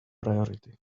priority